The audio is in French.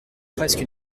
presque